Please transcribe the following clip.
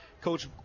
Coach